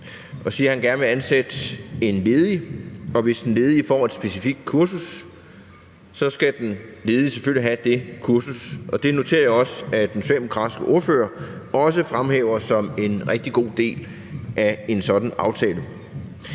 og siger, at han gerne vil ansætte en ledig, hvis den ledige får et specifikt kursus, så skal den ledige selvfølgelig have det kursus. Det noterer jeg også at den socialdemokratiske ordfører fremhæver som en rigtig god del af en sådan aftale.